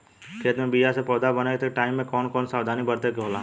खेत मे बीया से पौधा बने तक के टाइम मे कौन कौन सावधानी बरते के होला?